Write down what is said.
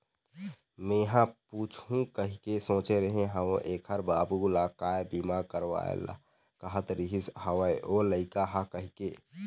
मेंहा पूछहूँ कहिके सोचे रेहे हव ऐखर बाबू ल काय बीमा करवाय ल कहत रिहिस हवय ओ लइका ह कहिके